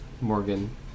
Morgan